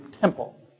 temple